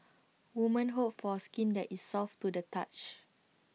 women hope for skin that is soft to the touch